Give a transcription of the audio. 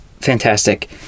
fantastic